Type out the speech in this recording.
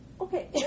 okay